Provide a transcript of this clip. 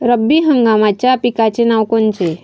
रब्बी हंगामाच्या पिकाचे नावं कोनचे?